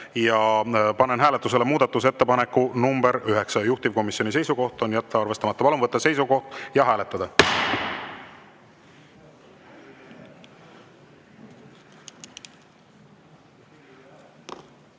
Panen hääletusele muudatusettepaneku nr 9, juhtivkomisjoni seisukoht on jätta arvestamata. Palun võtta seisukoht ja hääletada!